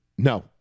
No